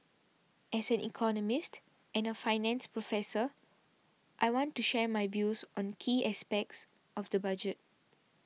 as an economist and a finance professor I want to share my views on key aspects of the budget